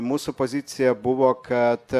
mūsų pozicija buvo kad